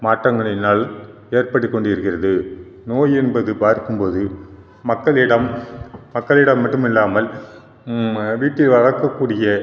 மாற்றங்களினால் ஏற்பட்டு கொண்டிருக்கிறது நோய் என்பது பார்க்கும் போது மக்களிடம் மக்களிடம் மட்டும் இல்லாமல் வீட்டில் வளர்க்க கூடிய